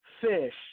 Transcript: fish